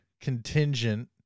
contingent